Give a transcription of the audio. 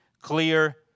clear